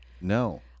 No